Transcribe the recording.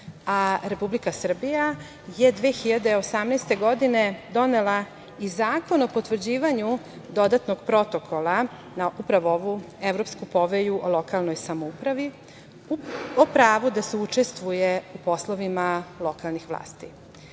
a Republika Srbija je 2018. godine donela i Zakon o potvrđivanju dodatnog protokola na upravo ovu Evropsku povelju o lokalnoj samoupravi o pravu da se učestvuje u poslovima lokalnih vlasti. Kao